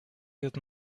could